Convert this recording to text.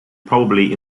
probably